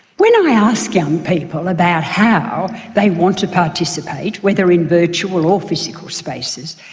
when i ask young people about how they want to participate, whether in virtual or physical spaces,